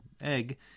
egg